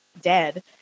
dead